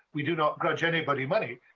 we do not begrudge anybody money,